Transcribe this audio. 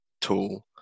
tool